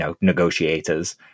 negotiators